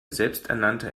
selbsternannte